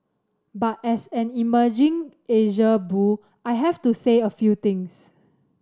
but as an emerging Asia bull I have to say a few things